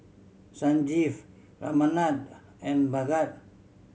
Sanjeev Ramanand and Bhagat